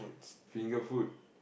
finger food